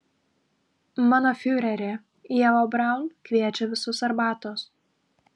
mano fiureri ieva braun kviečia visus arbatos